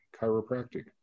chiropractic